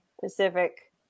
Pacific